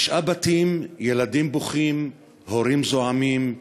תשעה בתים, ילדים בוכים, הורים זועמים,